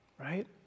Right